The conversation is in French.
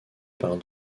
par